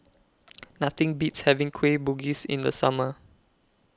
Nothing Beats having Kueh Bugis in The Summer